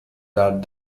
that